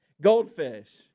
Goldfish